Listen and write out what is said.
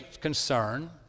concern